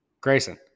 Grayson